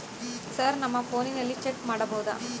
Sir ನಮ್ಮ ಫೋನಿನಲ್ಲಿ check ಮಾಡಬಹುದಾ?